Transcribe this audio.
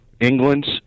England's